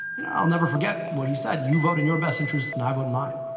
you know, i'll never forget what he said. you vote in your best interest, and i vote in mine.